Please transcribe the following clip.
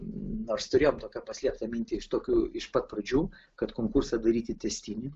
nors turėjom tokią paslėptą mintį iš tokių iš pat pradžių kad konkursą daryti tęstinį